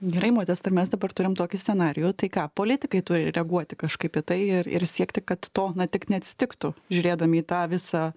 gerai modesta mes dabar turim tokį scenarijų tai ką politikai turi reaguoti kažkaip į tai ir ir siekti kad to na tik neatsitiktų žiūrėdami į tą visą